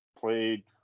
played